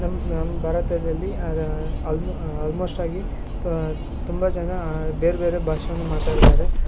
ನಮ್ಮ ನಮ್ಮ ಭಾರತದಲ್ಲಿ ಅದು ಆಲ್ಮೋ ಆಲ್ಮೋಶ್ಟ್ ಆಗಿ ತೋ ತುಂಬ ಜನ ಬೇರೆ ಬೇರೆ ಭಾಷೆಯನ್ನು ಮಾತಾಡ್ತಾರೆ